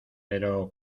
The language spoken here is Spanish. pero